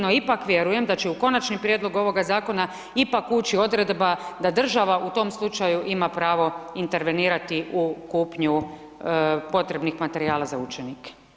No ipak vjerujem da će u Konačni prijedlog ovoga zakona ipak ući odredba da država u tom slučaju ima pravo intervenirati u kupnju potrebnih materijala za učenike.